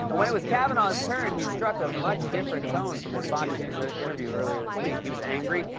and when it was kavanaugh's turn, he struck a much different tone from his fox news interview earlier this week. he was angry,